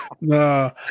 No